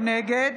נגד